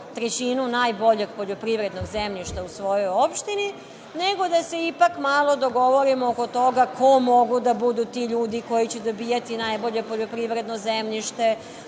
trećinu najboljeg poljoprivrednog zemljišta u svojoj opštini, nego da se ipak malo dogovorimo oko toga ko mogu da budu ti ljudi koji će dobijati najbolje poljoprivredno zemljište,